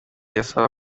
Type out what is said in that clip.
abasaba